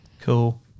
cool